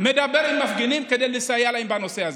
מדבר עם מפגינים כדי לסייע להם בנושא הזה.